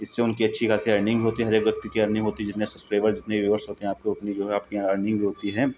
इससे उनकी अच्छी खासी अर्निंग भी होती है हर एक व्यक्ति की अर्निंग होती है जितने सस्पेबल जितने विवश होते हैं आप लोग उतनी जो है आपकी अर्निंग भी होती हैं